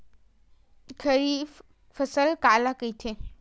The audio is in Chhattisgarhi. खरीफ फसल काला कहिथे?